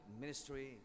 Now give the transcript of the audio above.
ministry